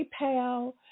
PayPal